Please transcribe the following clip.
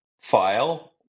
file